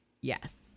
Yes